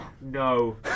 No